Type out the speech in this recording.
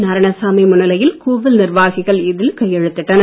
நாராயணசாமி முன்னிலையில் கோவில் நிர்வாகிகள் இதில் கையெழுத்திட்டனர்